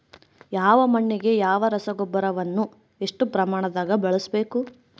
ಯಾವ ಮಣ್ಣಿಗೆ ಯಾವ ರಸಗೊಬ್ಬರವನ್ನು ಎಷ್ಟು ಪ್ರಮಾಣದಾಗ ಬಳಸ್ಬೇಕು?